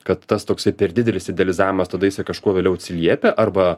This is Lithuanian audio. kad tas toksai per didelis idealizavimas tada jisai kažkuo vėliau atsiliepia arba